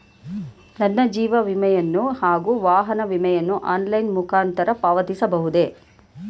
ನನ್ನ ಜೀವ ವಿಮೆಯನ್ನು ಹಾಗೂ ವಾಹನ ವಿಮೆಯನ್ನು ಆನ್ಲೈನ್ ಮುಖಾಂತರ ಪಾವತಿಸಬಹುದೇ?